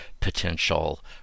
potential